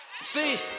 See